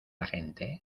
gente